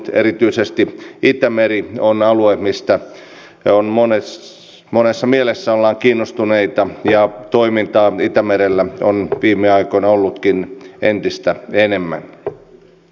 erityisesti itämeri on alue josta monessa mielessä ollaan kiinnostuneita ja toimintaa itämerellä on viime aikoina ollutkin entistä enemmän